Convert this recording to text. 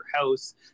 house